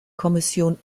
kommission